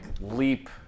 leap